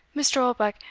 mr. oldbuck,